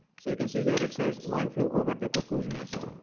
so you can see here, it says one flew over the cuckoo's nest.